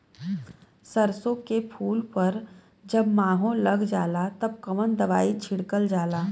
सरसो के फूल पर जब माहो लग जाला तब कवन दवाई छिड़कल जाला?